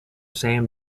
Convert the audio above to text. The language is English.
same